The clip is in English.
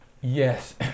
Yes